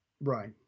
Right